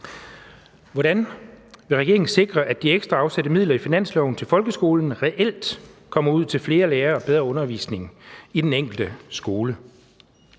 Hvordan vil regeringen sikre, at de ekstra afsatte midler i finansloven til folkeskolen reelt kommer ud til flere lærere og bedre undervisning i den enkelte skole?